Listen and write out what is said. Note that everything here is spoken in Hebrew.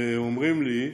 והם אומרים לי,